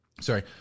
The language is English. sorry